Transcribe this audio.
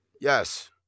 yes